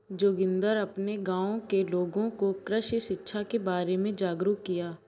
जोगिंदर अपने गांव के लोगों को कृषि शिक्षा के बारे में जागरुक किया